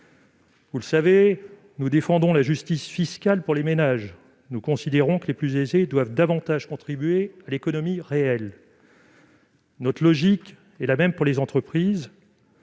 Vous le savez, nous défendons la justice fiscale pour les ménages. Nous considérons que les plus aisés doivent davantage contribuer à l'économie réelle. Notre logique est la même pour les entreprises